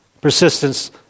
persistence